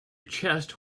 chest